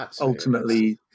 Ultimately